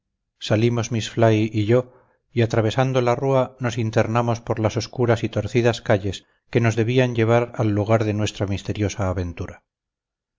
salimos miss fly y yo y atravesando la rúa nos internamos por las oscuras y torcidas calles que nos debían llevar al lugar de nuestra misteriosa aventura